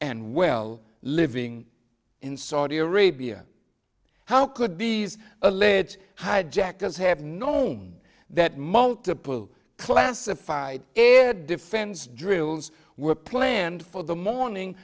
and well living in saudi arabia how could be a lead hijackers have known that multiple classified defense drills were planned for the morning